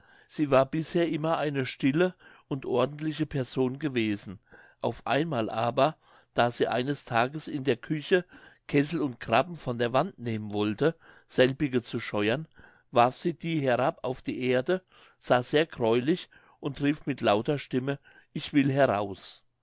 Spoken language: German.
sie war bisher immer eine stille und ordentliche person gewesen auf einmal aber da sie eines tages in der küchen kessel und grapen von der wand nehmen wollte selbige zu scheuern warf sie die herab auf die erde sah sehr gräulich und rief mit lauter stimme ich will heraus